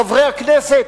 חברי הכנסת,